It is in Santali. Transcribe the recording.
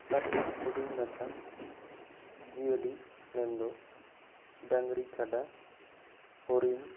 ᱦᱟᱥᱟ ᱨᱮᱱᱟᱜ ᱦᱩᱰᱤᱧ ᱢᱟᱪᱷᱟ ᱡᱤᱭᱟᱹᱞᱤ ᱢᱮᱱ ᱫᱚ ᱰᱟᱝᱨᱤ ᱠᱟᱰᱟ ᱦᱚᱨᱤᱱ